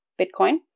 Bitcoin